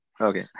okay